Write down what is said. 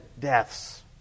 deaths